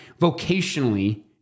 vocationally